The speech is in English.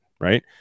Right